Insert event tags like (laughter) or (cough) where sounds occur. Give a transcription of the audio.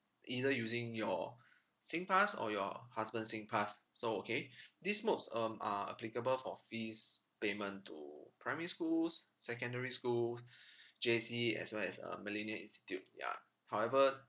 either using your (breath) SINGPASS or your husband's SINGPASS so okay (breath) these modes um are applicable for fees payment to primary schools secondary schools (breath) J_C as well as uh millennia institute ya however